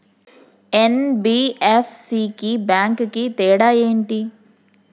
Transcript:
NBFC కి bank కి తేడా ఏంటి?